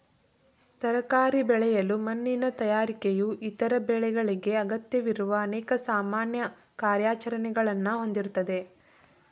ತರಕಾರಿ ಬೆಳೆಯಲು ಮಣ್ಣಿನ ತಯಾರಿಕೆಯು ಇತರ ಬೆಳೆಗಳಿಗೆ ಅಗತ್ಯವಿರುವ ಅನೇಕ ಸಾಮಾನ್ಯ ಕಾರ್ಯಾಚರಣೆಗಳನ್ನ ಹೊಂದಿರ್ತದೆ